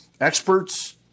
experts